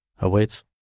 awaits